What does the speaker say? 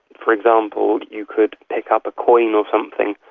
for example, you could pick up a coin or something,